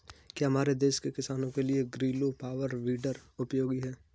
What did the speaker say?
क्या हमारे देश के किसानों के लिए ग्रीलो पावर वीडर उपयोगी है?